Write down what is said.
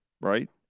right